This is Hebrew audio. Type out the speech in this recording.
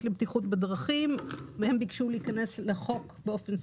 לבטיחות בדרכים והם ביקשו להיכנס לחוק באופן ספציפי.